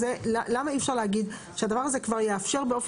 למה אי אפשר להגיד שהדבר הזה כבר יאפשר באופן